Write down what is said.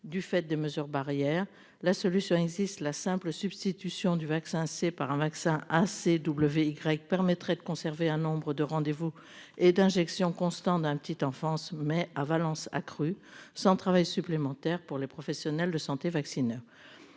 du fait des mesures barrières. La solution existe. La simple substitution du vaccin. C'est par un vaccin ACW. Y permettrait de conserver un nombre de rendez-vous et d'injection constant d'un petite enfance mais à Valence accrue sans travail supplémentaire pour les professionnels de santé, vaccinés.